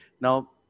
Now